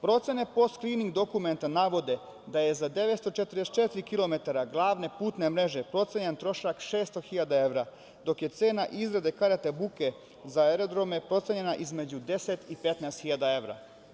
Procene post skrining dokumenta navode da je za 944 km glavne putne mreže procenjen trošak od 600.000 evra, dok je cena izrade karata buke za aerodrome procenjena između 10 i 15.000 evra.